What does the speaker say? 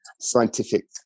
scientific